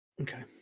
Okay